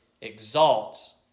exalts